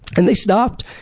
and they stopped.